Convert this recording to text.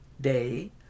day